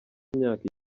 imyaka